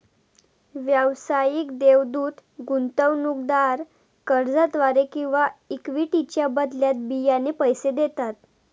व्यावसायिक देवदूत गुंतवणूकदार कर्जाद्वारे किंवा इक्विटीच्या बदल्यात बियाणे पैसे देतात